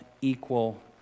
equal